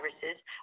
viruses